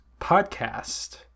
podcast